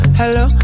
hello